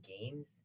games